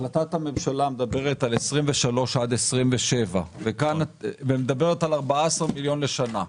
החלטת הממשלה מדברת על 27-23 והיא מדברת על 14 מיליון לשנה,